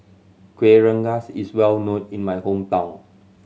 Kueh Rengas is well known in my hometown